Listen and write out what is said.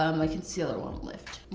um my concealer won't lift.